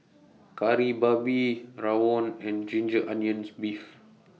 Kari Babi Rawon and Ginger Onions Beef